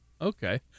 Okay